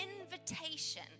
invitation